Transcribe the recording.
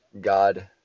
God